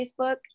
facebook